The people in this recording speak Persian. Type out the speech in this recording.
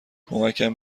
کمکم